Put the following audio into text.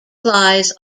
flies